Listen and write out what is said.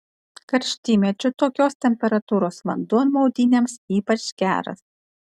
karštymečiu tokios temperatūros vanduo maudynėms ypač geras